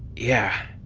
yeah.